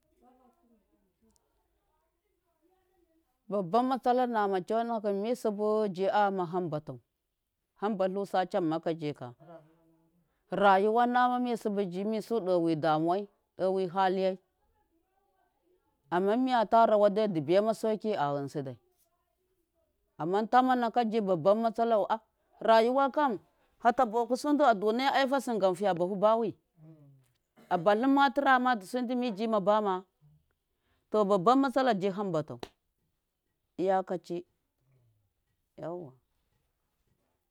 babban matsalanama ji tsona kum misubu ji a yama hamba tau hamba lusa chamma ka jika rayuwa nama misubu de wi damu wai dewi haliyai amma miya ta rawa di bi ya sauki a ghinsi amma tamma naka ji babban matsalau a rayuwa kan fata boku suda aduniya aifa singam fiya bahu bawi a ba cimma atirama dusudi miji mima bama to babban matsalaji ham ba tau iya kachi yauwa.